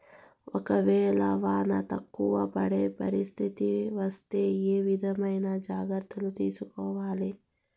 ఒక వేళ వాన తక్కువ పడే పరిస్థితి వస్తే ఏ విధమైన జాగ్రత్తలు తీసుకోవాలి?